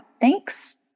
thanks